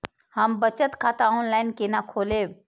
हम बचत खाता ऑनलाइन केना खोलैब?